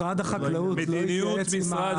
יש פה משהו